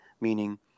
meaning